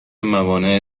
موانع